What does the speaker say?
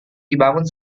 dibangun